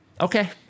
Okay